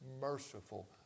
merciful